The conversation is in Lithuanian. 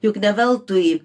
juk ne veltui